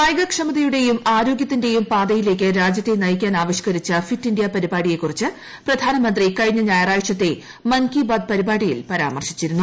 കായികക്ഷമതയുടെയും ആരോഗ്യത്തിന്റെയും പാതയിലേക്ക് രാജ്യത്തെ നയിക്കാൻ ആവിഷ്ക്കരിച്ച ഫിറ്റ് ഇന്ത്യ പരിപാടിയെക്കുറിച്ച് പ്രധാനമന്ത്രി കുഴിഞ്ഞ ഞായറാഴ്ചത്തെ നടന്ന മൻ കി ബാത്ത് പരിപാടിയിൽ പരാമർശ്രീച്ചിരുന്നു